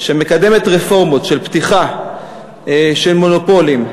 שמקדמת רפורמות של פתיחה של מונופולים,